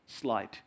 slide